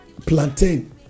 plantain